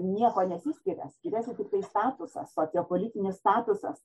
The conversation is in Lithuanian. niekuo nesiskiria skiriasi tiktai statusas sociopolitinis statusas